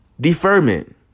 deferment